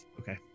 Okay